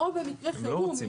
-- או במקרה חירום,